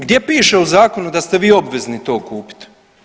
Gdje piše u zakonu da ste vi obvezni to kupiti?